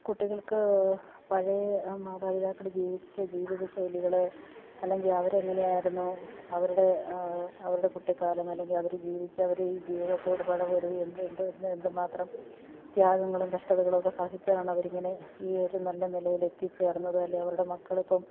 കുട്ടികൾക്ക് പഴയ മാതാപിതാക്കൾ ജീവിച്ച ജീവിതശൈലികൾ അല്ലെങ്കിൽ അവർ എങ്ങനെയായിരുന്നു അവരുടെ അവരുടെ കുട്ടിക്കാലം അല്ലെങ്കിൽ അവർ ജീവച്ച അവർ ഈ ജീവിതത്തോട് പടപൊരുതി എന്ത് എന്ത് എന്ത് എന്തുമാത്രം ത്യാഗങ്ങളും കഷ്ടതകളുമൊക്കെ സഹിച്ചാണ് അവരിങ്ങനെ ഈ ഒരു നല്ല നിലയിൽ എത്തിച്ചേർന്നത് അല്ലെങ്കിൽ അവരുടെ മക്കളിപ്പം